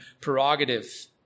prerogative